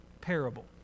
parable